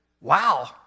Wow